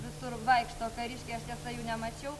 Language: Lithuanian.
visur vaikšto kariškiai aš tiesa jų nemačiau